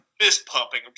fist-pumping